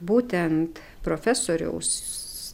būtent profesoriaus